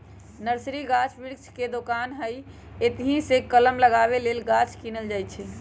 nursery गाछ वृक्ष के दोकान हइ एतहीसे कलम लगाबे लेल गाछ किनल जाइ छइ